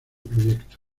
proyecto